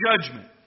judgment